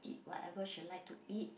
eat whatever she like to eat